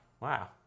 Wow